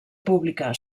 pública